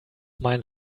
mein